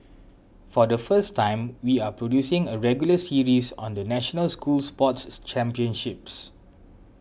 for the first time we are producing a regular series on the national school sports championships